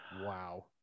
Wow